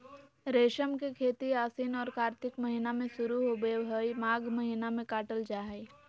रेशम के खेती आशिन औरो कार्तिक महीना में शुरू होबे हइ, माघ महीना में काटल जा हइ